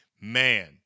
Man